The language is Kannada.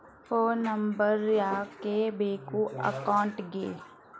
ಫೋನ್ ನಂಬರ್ ಯಾಕೆ ಬೇಕು ಅಕೌಂಟಿಗೆ?